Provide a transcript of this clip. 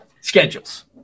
Schedules